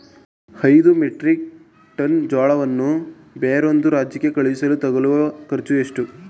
ಐದು metric ton ಜೋಳವನ್ನು ಬೇರೊಂದು ರಾಜ್ಯಕ್ಕೆ ಸಾಗಿಸಲು ತಗಲುವ ಖರ್ಚು ಎಷ್ಟು?